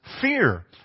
fear